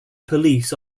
police